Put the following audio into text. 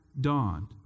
dawned